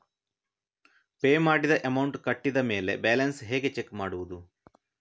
Pay ಮಾಡಿದ amount ಕಟ್ಟಿದ ಮೇಲೆ ಬ್ಯಾಲೆನ್ಸ್ ಹೇಗೆ ಚೆಕ್ ಮಾಡುವುದು?